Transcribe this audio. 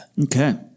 Okay